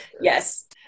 Yes